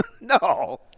no